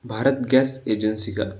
Bharat gas agency का